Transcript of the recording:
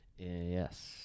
Yes